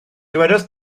dywedodd